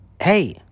hey